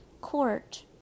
court